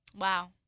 Wow